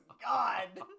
God